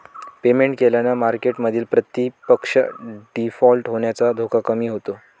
payment केल्याने मार्केटमधील प्रतिपक्ष डिफॉल्ट होण्याचा धोका कमी होतो